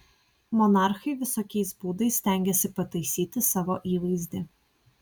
monarchai visokiais būdais stengėsi pataisyti savo įvaizdį